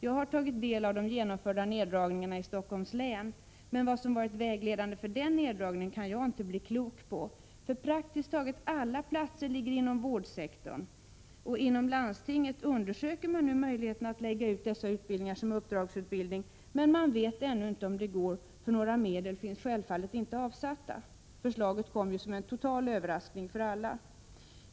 Jag har tagit del av de genomförda neddragningarna i Stockholms län. Men vad som varit vägledande för den neddragningen kan jag inte bli klok på. Praktiskt taget alla platser ligger inom vårdsektorn, och inom landstinget undersöker man nu möjligheterna att lägga ut dessa utbildningar som uppdragsutbildning, men man vet ännu inte om det går, för några medel finns självfallet inte avsatta. Förslaget kom ju som en total överraskning för alla.